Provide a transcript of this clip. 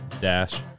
dash